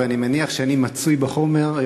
ואני מניח שאני מצוי בחומר,